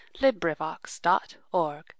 LibriVox.org